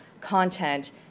content